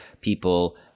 people